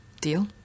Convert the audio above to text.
Deal